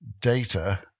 data